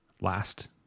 Last